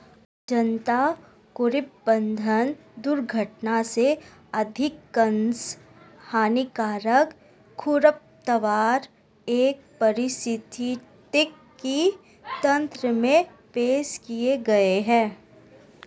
अज्ञानता, कुप्रबंधन, दुर्घटना से अधिकांश हानिकारक खरपतवार एक पारिस्थितिकी तंत्र में पेश किए गए हैं